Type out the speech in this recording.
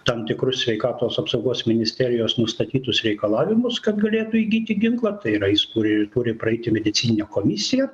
tam tikrus sveikatos apsaugos ministerijos nustatytus reikalavimus kad galėtų įgyti ginklą tai yra jis turi turi praeiti medicininę komisiją